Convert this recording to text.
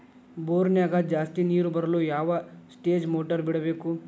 ಬೋರಿನ್ಯಾಗ ಜಾಸ್ತಿ ನೇರು ಬರಲು ಯಾವ ಸ್ಟೇಜ್ ಮೋಟಾರ್ ಬಿಡಬೇಕು?